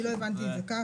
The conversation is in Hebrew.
אני לא הבנתי את זה כך,